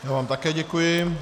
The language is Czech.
Já vám také děkuji.